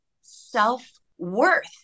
self-worth